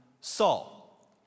Saul